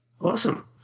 Awesome